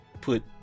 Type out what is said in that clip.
put